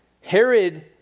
Herod